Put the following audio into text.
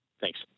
Thanks